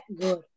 good